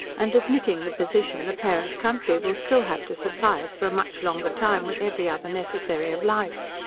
and admitting the position, the parent country will still have to supply us for a much longer time with every other necessary of life.